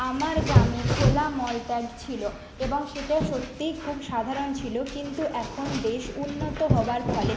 আমার গ্রামে খোলা মলত্যাগ ছিলো এবং সেটা সত্যিই খুব সাধারণ ছিলো কিন্তু এখন দেশ উন্নত হওয়ার ফলে